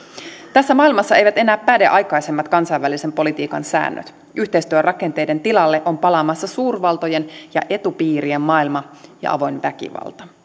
tässä maailmassa eivät enää päde aikaisemmat kansainvälisen politiikan säännöt yhteistyörakenteiden tilalle on palaamassa suurvaltojen ja etupiirien maailma ja avoin väkivalta